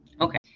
Okay